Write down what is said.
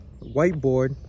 whiteboard